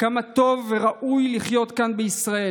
כמה טוב וראוי לחיות כאן בישראל.